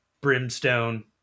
Brimstone